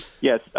yes